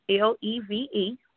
L-E-V-E